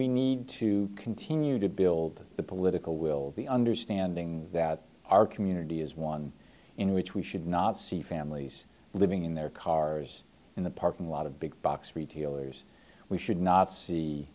we need to continue to build the political will be understanding that our community is one in which we should not see families living in their cars in the parking lot of big box retailers we should not see